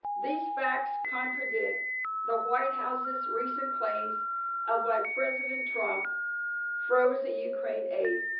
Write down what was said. these facts contradict the white house's recent claims of why president trump froze the ukraine aid,